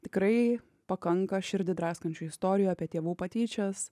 tikrai pakanka širdį draskančių istorijų apie tėvų patyčias